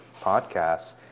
podcasts